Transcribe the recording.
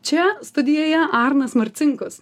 čia studijoje arnas marcinkus